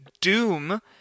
Doom